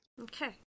Okay